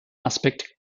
aspekt